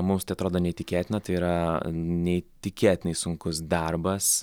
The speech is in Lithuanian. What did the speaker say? mums tai atrodo neįtikėtina tai yra neįtikėtinai sunkus darbas